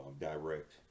direct